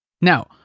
Now